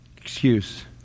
Excuse